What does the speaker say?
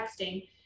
texting